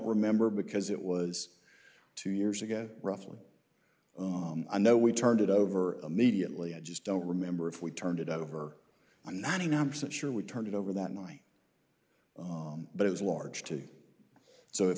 remember because it was two years ago roughly and though we turned it over immediately i just don't remember if we turned it over ninety nine percent sure we turned it over that my own but it was large too so it